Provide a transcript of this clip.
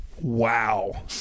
Wow